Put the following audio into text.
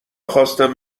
خواستم